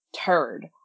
turd